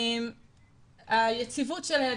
היציבות שלהם,